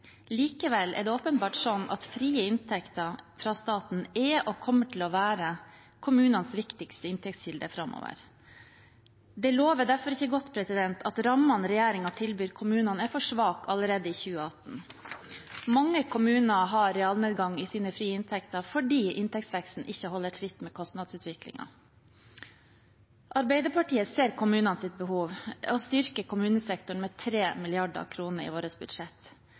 Likevel er det åpenbart slik at frie inntekter fra staten er og kommer til å være kommunenes viktigste inntektskilde framover. Det lover derfor ikke godt at rammene regjeringen tilbyr kommunene, er for svake allerede i 2018. Mange kommuner har realnedgang i sine frie inntekter, fordi inntektsveksten ikke holder tritt med kostnadsutviklingen. Arbeiderpartiet ser kommunenes behov og styrker kommunesektoren med 3 mrd. kr i sitt budsjett.